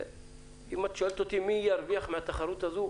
אם את שואלת אותי מי ירוויח מהתחרות הזאת,